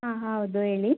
ಹಾಂ ಹೌದು ಹೇಳಿ